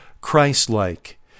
Christ-like